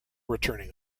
returning